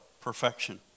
Perfection